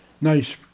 nice